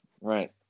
Right